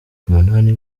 umunani